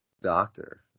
doctor